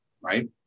right